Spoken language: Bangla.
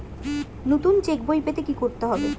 নতুন চেক বই পেতে কী করতে হবে?